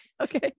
Okay